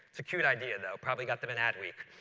it's a cute idea though, probably got them an ad week.